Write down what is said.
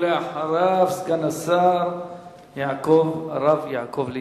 ואחריו, סגן השר הרב יעקב ליצמן.